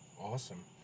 Awesome